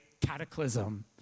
cataclysm